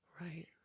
Right